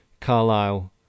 Carlisle